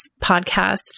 podcast